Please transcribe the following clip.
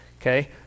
okay